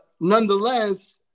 nonetheless